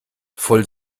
voll